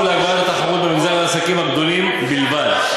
להגברת התחרות במגזר העסקים גדולים בלבד.